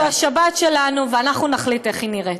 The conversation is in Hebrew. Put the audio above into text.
זו השבת שלנו, ואנחנו נחליט איך היא נראית.